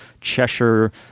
Cheshire